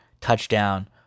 touchdown